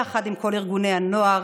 יחד עם כל ארגוני הנוער.